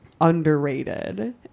underrated